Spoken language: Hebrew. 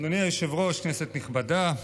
אדוני היושב-ראש, כנסת נכבדה,